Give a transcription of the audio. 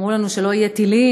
אמרו לנו שלא יהיו טילים,